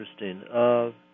interesting